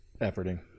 Efforting